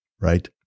right